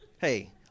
hey